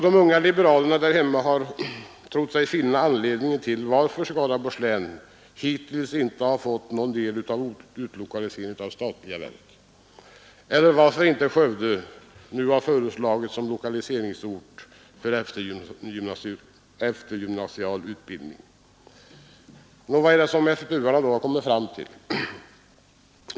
De unga liberalerna där hemma har trott sig finna anledningen till att inte Skaraborgs län hittills fått någon del av utlokaliseringen av statliga verk, eller varför inte Skövde nu föreslagits som lokaliseringsort för eftergymnasial utbildning. Nå, vad har då FPU-arna kommit fram till?